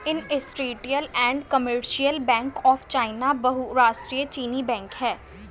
industrial and commercial bank of China बहुराष्ट्रीय चीनी बैंक है